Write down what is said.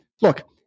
look